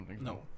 no